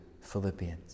Philippians